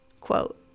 quote